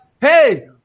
hey